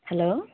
hello